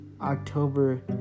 October